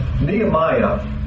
Nehemiah